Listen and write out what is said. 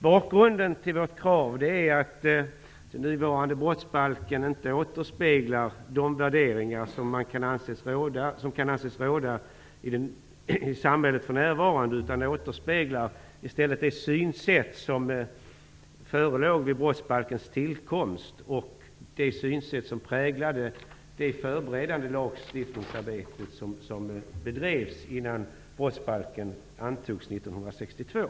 Bakgrunden till vårt krav är att den nuvarande brottsbalken inte återspeglar de värderingar som kan anses råda i samhället för närvarande, utan den återspeglar i stället det synsätt som rådde vid brottbalkens tillkomst och det synsätt som präglade det förberedande lagstiftningsarbete som bedrevs innan brottsbalken antogs 1962.